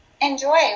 enjoy